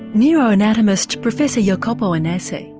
neuroanatomist professor yeah jacopo annese.